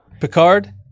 Picard